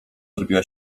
zrobiła